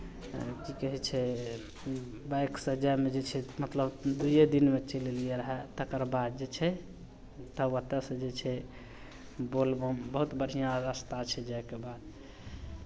की कहै छै बाइकसँ जायमे जे छै मतलब दुइए दिनमे चलि एलियै रहए तकरबाद जे छै तब ओतयसँ जे छै बोलबम बहुत बढ़िआँ रास्ता छै जायके बाद